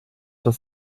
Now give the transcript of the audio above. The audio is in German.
das